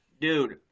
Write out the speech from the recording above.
dude